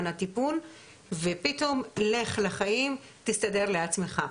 הטיפול ופתאום לך לחיים תסתדר בעצמך.